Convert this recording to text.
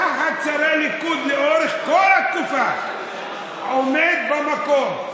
תחת שרי ליכוד לאורך כל התקופה, עומד במקום.